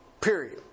Period